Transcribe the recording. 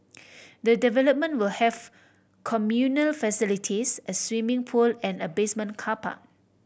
the development will have communal facilities a swimming pool and a basement car park